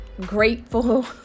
grateful